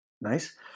nice